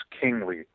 kingly